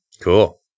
Cool